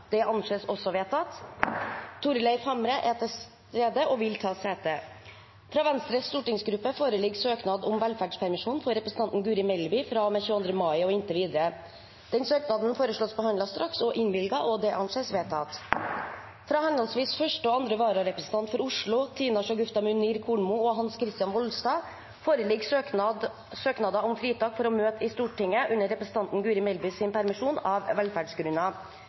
Det anses vedtatt. Fra henholdsvis første og andre vararepresentant for Oslo, Tina Shagufta Munir Kornmo og Hans Kristian Voldstad , foreligger søknader om fritak for å møte i Stortinget under representanten Guri Melbys permisjon, av velferdsgrunner.